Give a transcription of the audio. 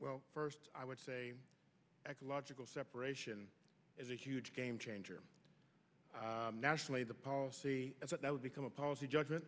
well first i would say ecological separation is a huge game changer nationally the power that would become a policy judgment